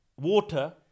water